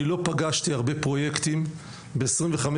אני לא פגשתי הרבה פרויקטים בעשרים וחמש